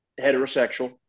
heterosexual